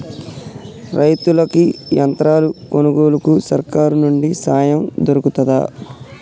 రైతులకి యంత్రాలు కొనుగోలుకు సర్కారు నుండి సాయం దొరుకుతదా?